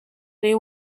they